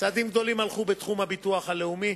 צעדים גדולים נעשו גם בתחום הביטוח הלאומי,